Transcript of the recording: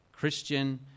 Christian